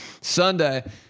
Sunday